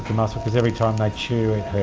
muscle because every time they chew it